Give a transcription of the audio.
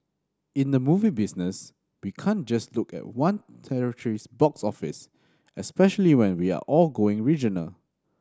in the movie business we can't just look at one territory's box office especially when we are all going regional